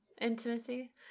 intimacy